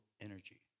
energy